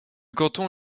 canton